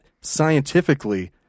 scientifically